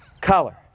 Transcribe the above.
color